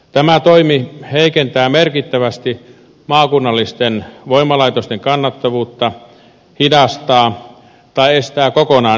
tämä toimi heikentää merkittävästi maakunnallisten voimalaitosten kannattavuutta hidastaa tai estää kokonaan investointeja